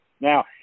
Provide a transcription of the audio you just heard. Now